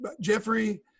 jeffrey